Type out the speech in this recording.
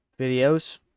videos